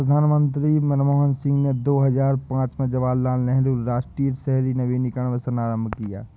प्रधानमंत्री मनमोहन सिंह ने दो हजार पांच में जवाहरलाल नेहरू राष्ट्रीय शहरी नवीकरण मिशन आरंभ किया